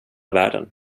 världen